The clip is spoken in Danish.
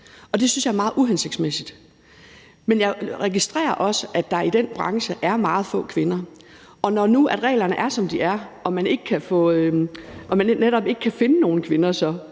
det synes jeg er meget uhensigtsmæssigt, men jeg registrerer også, at der i den branche er meget få kvinder. Og når nu reglerne er, som de er, og man netop ikke kan finde nogen kvinder,